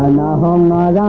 la la la